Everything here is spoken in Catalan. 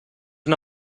una